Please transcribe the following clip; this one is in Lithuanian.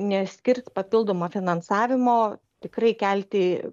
neskirs papildomo finansavimo tikrai kelti